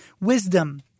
Wisdom